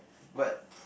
but